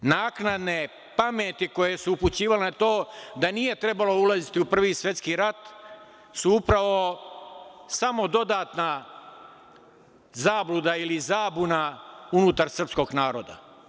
Naknadne pameti koje su upućivale na to da nije trebalo ulaziti u Prvi svetski rat su upravo samo dodatna zabluda ili zabuna unutar srpskog naroda.